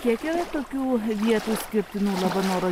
kiek yra tokių vietų išskirtinų labanoro